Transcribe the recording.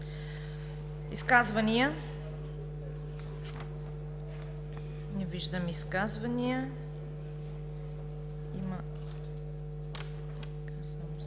Изказвания? Не виждам изказвания.